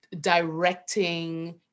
directing